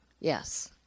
Yes